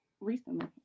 recently